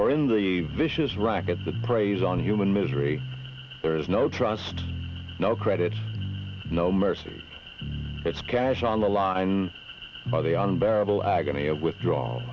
for in the vicious racket the preys on human misery there is no trust no credit no mercy it's cash on the line by the unbearable agony of withdraw